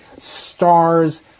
stars